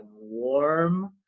warm